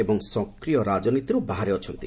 ଏବଂ ସକ୍ରୀୟ ରାଜନୀତିରୁ ବାହାରେ ଅଛନ୍ତି